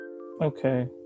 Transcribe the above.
okay